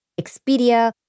Expedia